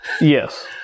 Yes